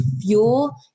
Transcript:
fuel